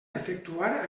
efectuar